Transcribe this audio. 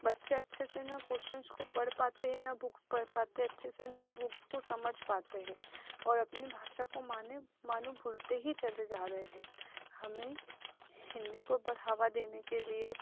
बच्चे अच्छे से न क्वेशनस को पढ़ पाते हैं न बुक पढ़ पाते अच्छे से न वह बुक्स को समझ पाते हैं और अपनी भाषा को माने मानों भूलते ही चले जा रहे हैं हमें हिन्दी को बढ़ावा देने के लिए